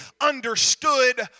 understood